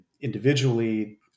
individually